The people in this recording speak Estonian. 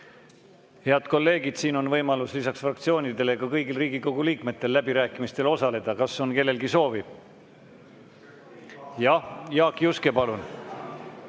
Head kolleegid, siin on võimalus lisaks fraktsioonidele ka kõigil Riigikogu liikmetel läbirääkimistel osaleda. Kas on kellelgi soovi? Jaak Juske, palun!